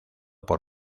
por